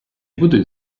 будуть